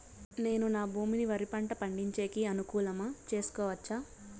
నేను నా భూమిని వరి పంట పండించేకి అనుకూలమా చేసుకోవచ్చా?